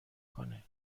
کنه